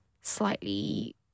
slightly